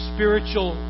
Spiritual